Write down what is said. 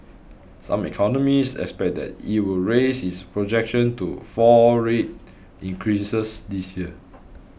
some economists expect that it will raise its projection to four rate increases this year